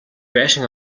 байшин